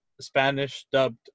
Spanish-dubbed